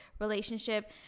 relationship